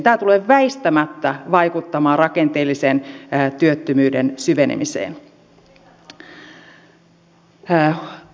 tämä tulee väistämättä vaikuttamaan rakenteellisen työttömyyden syvenemiseen